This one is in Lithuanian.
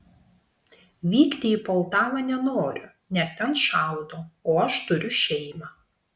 vykti į poltavą nenoriu nes ten šaudo o aš turiu šeimą